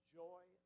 joy